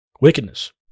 Wickedness